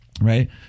right